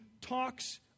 talks